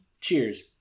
Cheers